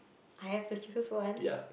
I have to choose one